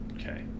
Okay